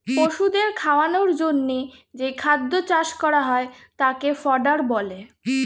পশুদের খাওয়ানোর জন্যে যেই খাদ্য চাষ করা হয় তাকে ফডার বলে